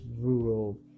rural